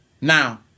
Now